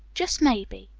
just maybe,